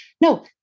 No